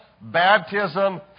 baptism